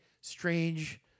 strange